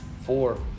Four